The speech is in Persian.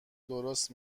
درست